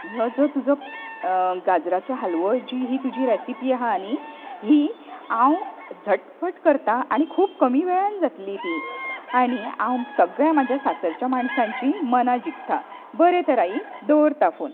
हो जो तुजो गाजराचो हालवो जी तुजी रेसीपी आसा न्ही ही हांव झटपट करतां आनी खूब कमी वेळांत जातली ती आनी हांव सगळ्या म्हज्या सासरच्या माणसांचीं मनां जिखतां बरें तर आई दवरतां फोन